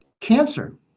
cancer